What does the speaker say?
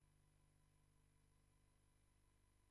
בהצלחה.